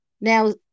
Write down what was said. now